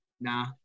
Nah